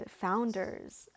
founders